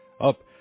Up